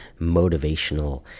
motivational